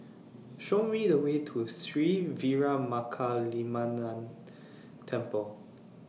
Show Me The Way to Sri Veeramakaliamman Temple